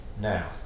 now